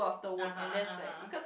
ah !huh! ah [huh]